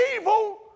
evil